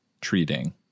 treating